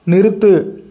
நிறுத்து